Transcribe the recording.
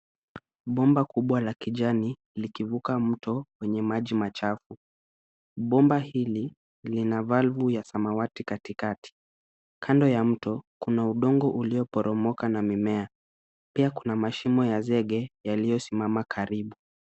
Bomba kubwa la kijani likivuka mto kwenye maji machafu. Bomba hili, lina valve ya samawati katikati. Kando ya mto, Kuna udongo ulio poromoka na mimea pia Kuna mashimo ya zege yaliyosimama karibu.